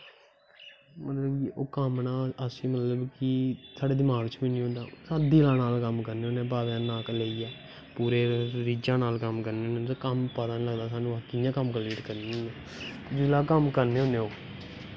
ओह् कम्म अस मतलव कि साढ़े दमाक च अस दया कन्नैं कम्म करनें होनें बाबे दा नां लेईयै पूरे जान नै पता नी लगदा कि केह्ड़ा कम्म करियै मतलव अस कम्म करनें होनें आं